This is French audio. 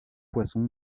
poissons